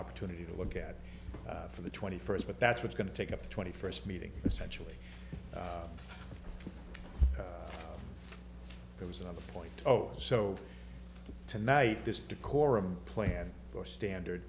opportunity to look at for the twenty first but that's what's going to take up the twenty first meeting essentially there was another point oh so tonight this decorum plan for standard